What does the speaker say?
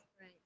Right